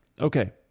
Okay